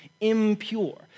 impure